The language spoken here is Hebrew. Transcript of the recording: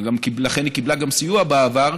ולכן היא גם קיבלה סיוע בעבר,